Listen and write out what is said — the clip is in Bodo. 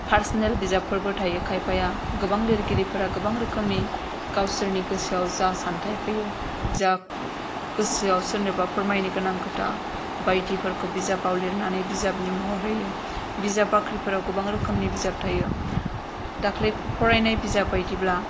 पार्सनेल बिजाबफोरबो थायो खायफाया गोबां लिरगिरिफोरा गोबां रोखोमनि गावसोरनि गोसोआव जा सानथाय फैयो जा गोसोआव सोरनोबा फोरमायनो गोनां खोथा बायदिफोरखौ बिजाबाव लिरनानै बिजाबनि महर होयो बिजाब बाख्रिफोराव गोबां रोखोमनि बिजाब थायो दाख्लै फरायनाय बिजाब बायदिब्ला